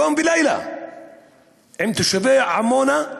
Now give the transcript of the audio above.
יום ולילה עם תושבי עמונה,